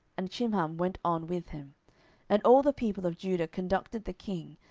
and chimham went on with him and all the people of judah conducted the king,